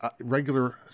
regular